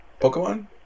Pokemon